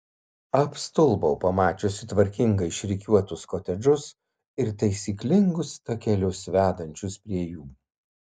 apstulbau pamačiusi tvarkingai išrikiuotus kotedžus ir taisyklingus takelius vedančius prie jų